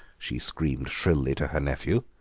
she screamed shrilly to her nephew,